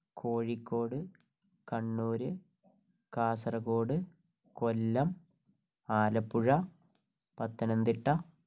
Kozhikode Kannur Kasaragod Kollam Alappuzha Pathanamthitta